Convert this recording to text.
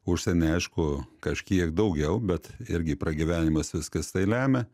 užsienyje aišku kažkiek daugiau bet irgi pragyvenimas viskas tai lemia